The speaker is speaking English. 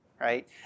Right